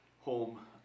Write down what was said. home